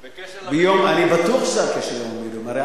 בקשר ליום המילואים.